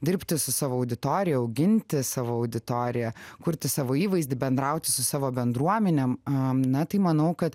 dirbti su savo auditorija auginti savo auditoriją kurti savo įvaizdį bendrauti su savo bendruomenėm a na tai manau kad